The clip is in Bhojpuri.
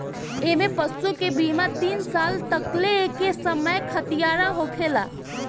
इमें पशु के बीमा तीन साल तकले के समय खातिरा होखेला